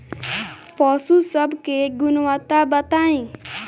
पशु सब के गुणवत्ता बताई?